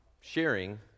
sharing